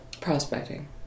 Prospecting